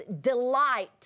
delight